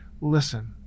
listen